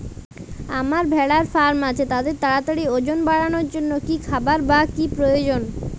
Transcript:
আমার ভেড়ার ফার্ম আছে তাদের তাড়াতাড়ি ওজন বাড়ানোর জন্য কী খাবার বা কী প্রয়োজন?